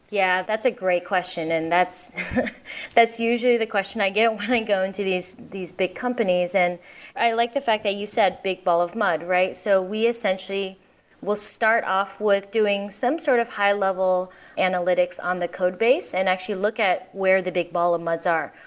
yeah, that's a great question, and that's that's usually the question i get when i and go into these these big companies. and i like the fact that you said big ball of mud, right? so we essentially will start off with doing some sort of high-level analytics on the codebase and actually look at where the big ball of muds are.